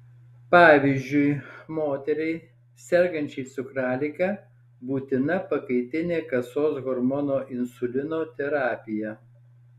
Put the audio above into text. pavyzdžiui moteriai sergančiai cukralige būtina pakaitinė kasos hormono insulino terapija